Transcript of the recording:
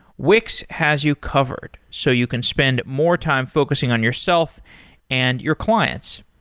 wix has you covered, so you can spend more time focusing on yourself and your clients.